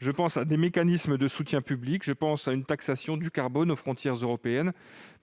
mais aussi à des mécanismes de soutien public, ou encore à une taxation du carbone aux frontières européennes,